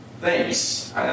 thanks